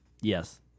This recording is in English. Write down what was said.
Yes